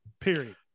Period